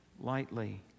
lightly